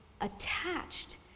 attached